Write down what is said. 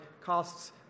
costs